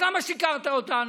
אז למה שיקרת לנו?